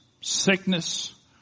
sickness